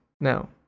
Now